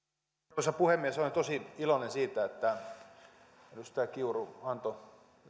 arvoisa puhemies olen tosi iloinen siitä että edustaja kiuru antoi